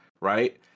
right